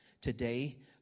today